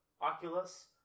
Oculus